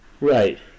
Right